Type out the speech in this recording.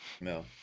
No